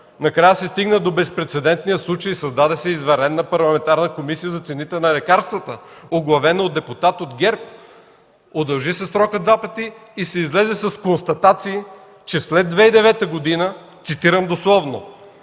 накрая се стигна до безпрецедентния случай – създаде се извънредна Парламентарна комисия за цените на лекарствата, оглавена от депутат от ГЕРБ, удължи се срокът два пъти и се излезе с констатации, че след 2009 г., цитирам дословно: